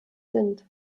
sind